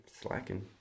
Slacking